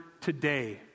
today